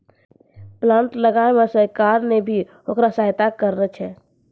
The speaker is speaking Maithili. प्लांट लगाय मॅ सरकार नॅ भी होकरा सहायता करनॅ छै